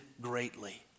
greatly